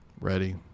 Ready